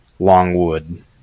longwood